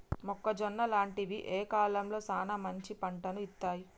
మొక్కజొన్న లాంటివి ఏ కాలంలో సానా మంచి పంటను ఇత్తయ్?